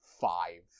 five